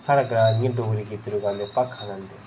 साढ़े जि'यां डोगरी गीतड़ू गांदे भाखां गांदे